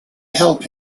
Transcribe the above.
help